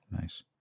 Nice